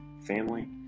family